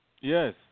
Yes